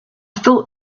thought